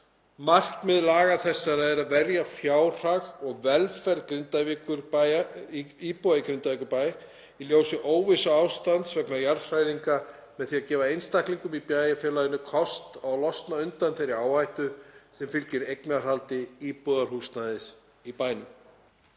„Markmið laga þessara er að verja fjárhag og velferð íbúa í Grindavíkurbæ í ljósi óvissuástands vegna jarðhræringa með því að gefa einstaklingum í bæjarfélaginu kost á að losna undan þeirri áhættu sem fylgir eignarhaldi íbúðarhúsnæðis í bænum.“